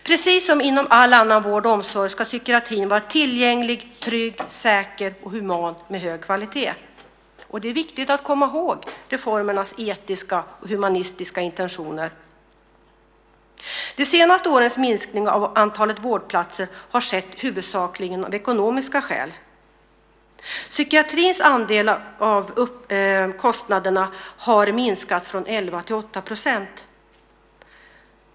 Precis som inom all annan vård och omsorg ska psykiatrin vara tillgänglig, trygg, säker och human med hög kvalité. Och det är viktigt att komma ihåg reformernas etiska och humanistiska intentioner. De senaste årens minskning av antalet vårdplatser har skett huvudsakligen av ekonomiska skäl. Psykiatrins andel av kostnaderna har minskat från 11 % till 8 %.